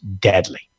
deadly